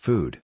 Food